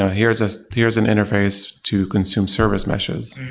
here's ah here's an interface to consume service meshes,